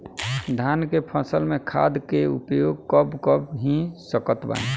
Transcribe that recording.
धान के फसल में खाद के उपयोग कब कब हो सकत बा?